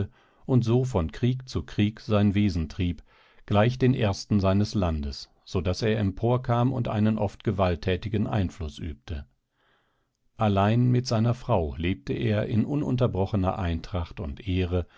und so von krieg zu krieg sein wesen trieb gleich den ersten seines landes so daß er emporkam und einen oft gewalttätigen einfluß übte allein mit seiner frau lebte er in ununterbrochener eintracht und ehre